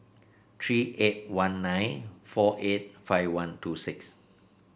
three eight one nine four eight five one two six